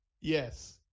yes